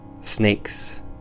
snakes